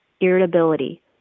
irritability